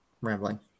Rambling